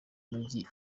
mujyi